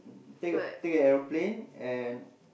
take a take aeroplane and